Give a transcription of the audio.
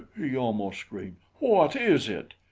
he almost screamed. what is it?